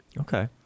Okay